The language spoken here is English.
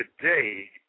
Today